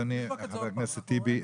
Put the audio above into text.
חבר הכנסת טיבי,